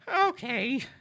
Okay